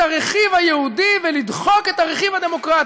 הרכיב היהודי ולדחוק את הרכיב הדמוקרטי.